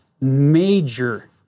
major